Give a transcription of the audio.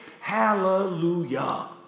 Hallelujah